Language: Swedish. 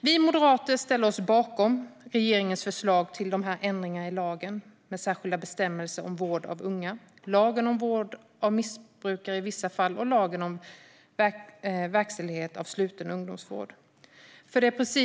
Vi moderater ställer oss bakom regeringens förslag till ändringar i lagen med särskilda bestämmelser om vård av unga, lagen om vård av missbrukare i vissa fall och lagen om verkställighet av sluten ungdomsvård.